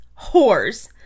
whores